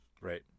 Right